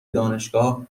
دانشگاه